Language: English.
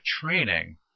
training